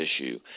issue